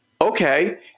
Okay